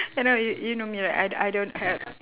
I know you you know me right I I don't have